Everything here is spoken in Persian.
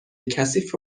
کثیف